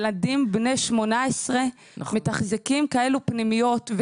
ילדים בני 18 מתחזקים כאלו פנימיות,